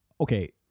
okay